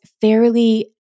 fairly